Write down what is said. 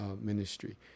ministry